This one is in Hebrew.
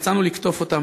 יצאנו "לקטוף" אותם,